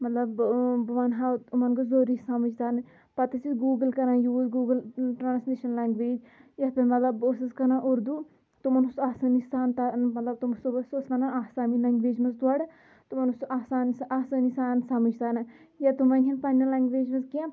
مطلب بہٕ بہٕ وَنہٕ ہا تِمَن گوٚژھ ضوٚرری سمٕجھ ترنہٕ پَتہٕ ٲسۍ أسۍ گوٗگٕل کَران یوٗز گوٗگٕل ٹرٛانسلیشَن لینگویج یَتھ پٮ۪ٹھ مطلب بہٕ ٲسٕس کَران اردوٗ تِمَن اوس آسٲنی سان تہ مطلب تِم سُبہٕ سُہ ٲس وَنان آسامی لینگویج منٛز تورٕ تِمَن اوس سُہ آسان سُہ آسٲنی سان سمٕجھ تران یا تِم وَنہِ ہن پنٛنہِ لینگویج منٛز کینٛہہ